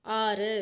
ஆறு